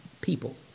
people